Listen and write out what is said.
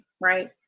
right